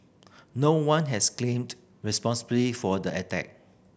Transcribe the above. no one has claimed responsibility for the attack